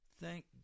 Thank